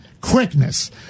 quickness